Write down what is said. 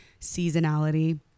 seasonality